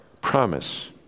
Promise